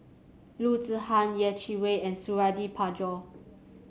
Loo Zihan Yeh Chi Wei and Suradi Parjo